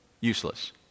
useless